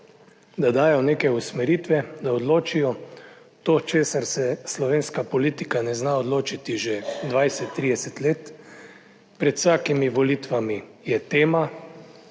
da dajo neke usmeritve, da odločijo to česar se slovenska politika ne zna odločiti že 20, 30 let. Pred vsakimi volitvami je tema.